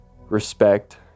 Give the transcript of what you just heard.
respect